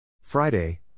Friday